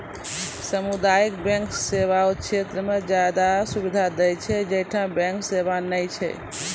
समुदायिक बैंक सेवा उ क्षेत्रो मे ज्यादे सुविधा दै छै जैठां बैंक सेबा नै छै